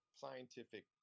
scientific